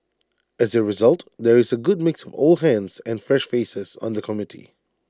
as A result there is A good mix of old hands and fresh faces on the committee